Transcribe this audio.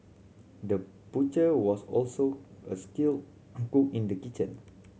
the butcher was also a skilled cook in the kitchen